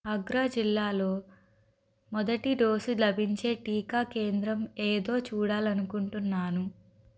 అగ్రా జిల్లాలో మొదటి డోసు లభించే టీకా కేంద్రం ఏదో చూడాలనుకుంటున్నాను